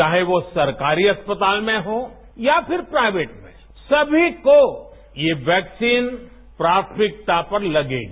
चाहे वो सरकारी अस्पताल में हो या फिर प्राइवेट मेँ सभी को ये वैक्सीन प्राथमिकता पर लगेगी